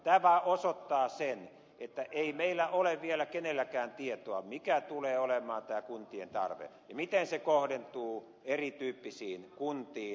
tämä vaan osoittaa sen että ei meillä ole vielä kenelläkään tietoa mikä tulee olemaan tämä kuntien tarve ja miten se kohdentuu erityyppisiin kuntiin